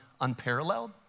unparalleled